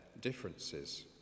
differences